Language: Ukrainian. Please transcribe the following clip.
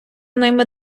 ними